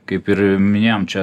kaip ir minėjom čia